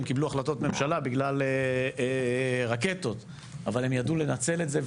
הם קיבלו החלטות ממשלה בגלל רקטות אבל ידעו לנצל את זה.